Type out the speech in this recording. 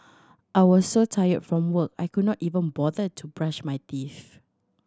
I was so tired from work I could not even bother to brush my teeth